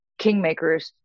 kingmakers